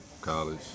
college